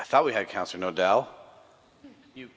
i thought we had cancer no doubt you